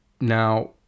Now